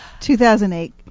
2008